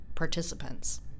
participants